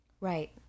Right